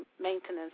maintenance